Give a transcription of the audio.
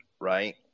right